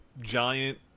giant